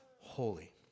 holy